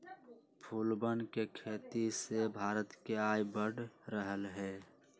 फूलवन के खेती से भारत के आय बढ़ रहले है